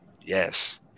Yes